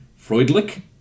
Freudlich